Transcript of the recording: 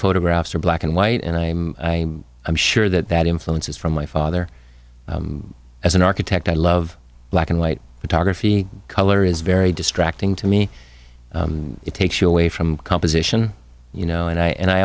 photographs are black and white and i'm sure that that influences from my father as an architect i love black and white photography color is very distracting to me it takes you away from composition you know and i